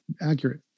accurate